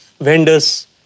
vendors